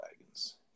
wagons